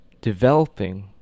developing